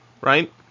right